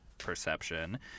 Perception